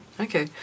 Okay